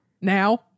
now